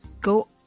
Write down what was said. go